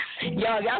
y'all